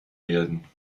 werden